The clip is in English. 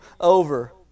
over